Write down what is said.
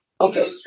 Okay